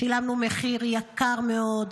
שילמנו מחיר גבוה מאוד,